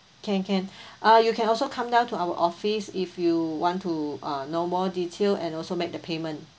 can can ah you can also come down to our office if you want to uh know more detail and also make the payment